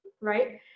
right